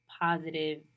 positive